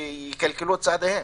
יכלכלו את צעדיהם?